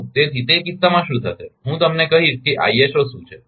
તો તેથી તે કિસ્સામાં શું થશે હું તમને કહીશ કે આઇએસઓ શું છે